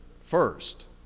first